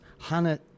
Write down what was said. Hannah